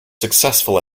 successful